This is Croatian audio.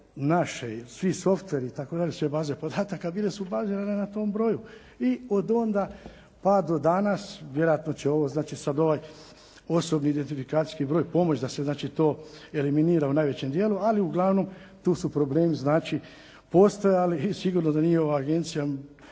baze i svi softveri itd., sve baze podataka bile su bazirane na tom broju. I od onda pa do danas, vjerojatno će sad ovaj osobni identifikacijski broj pomoći 0da se znači to eliminira u najvećem dijelu, ali uglavnom tu su problemi znači postojali i sigurno da nije ova agencija